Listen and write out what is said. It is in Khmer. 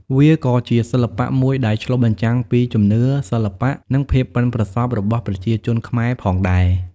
វាក៏ជាសិល្បៈមួយដែលឆ្លុះបញ្ចាំងពីជំនឿ សិល្បៈ និងភាពប៉ិនប្រសប់របស់ប្រជាជនខ្មែរផងដែរ។